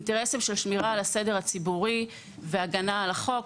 אינטרסים של שמירה על שמירה על הסדר הציבורי והגנה על החוק,